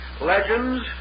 Legends